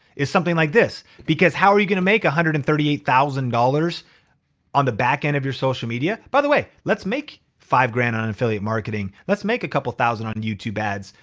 is something like this. because how are you gonna make one hundred and thirty eight thousand dollars on the backend of your social media? by the way, let's make five grand on affiliate marketing, let's make a couple thousand on youtube ads.